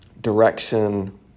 direction